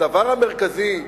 הדבר המרכזי,